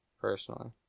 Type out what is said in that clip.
Personally